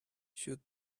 should